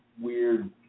weird